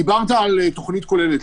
דיברת על תוכנית כוללת.